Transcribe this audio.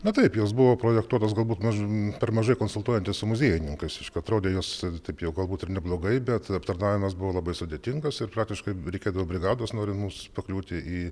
na taip jos buvo projektuotos galbūt maž per mažai konsultuojantis su muziejininkais atrodė jos taip jau galbūt ir neblogai bet aptarnavimas buvo labai sudėtingas ir praktiškai reikėdavo brigados norint mums pakliūti į